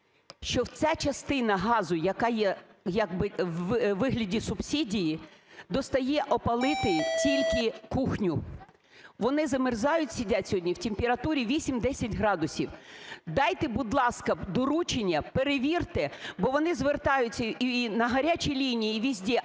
що ця частина газу, яка є як би у вигляді субсидії, достає опалити тільки кухню. Вони замерзають, сидять сьогодні в температурі 8-10 градусів. Дайте, будь ласка, доручення, перевірте, бо вони звертаються і на "гарячі лінії", і скрізь, але